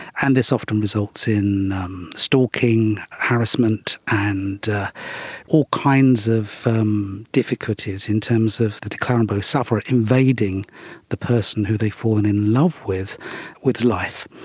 and this often results in stalking, harassment and all kinds of um difficulties in terms of the de clerambault's sufferer invading the person who they've fallen in love with's life.